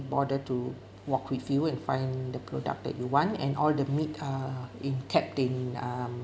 bother to walk with you and find the product that you want and all the meat err in tact in um